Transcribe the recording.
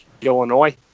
Illinois